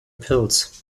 pills